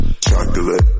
Chocolate